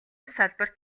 салбарт